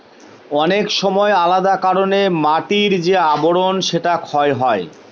অনেক সময় আলাদা কারনে মাটির যে আবরন সেটা ক্ষয় হয়